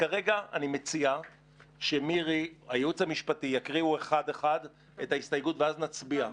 וכרגע אני מציע שהייעוץ משפטי יקריאו אחד אחד את ההסתייגויות ואז נצביע.